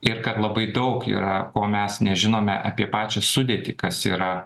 ir kad labai daug yra o mes nežinome apie pačią sudėtį kas yra